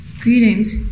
Greetings